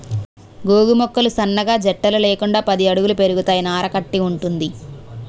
గోగు మొక్కలు సన్నగా జట్టలు లేకుండా పది అడుగుల పెరుగుతాయి నార కట్టి వుంటది